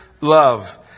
love